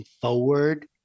forward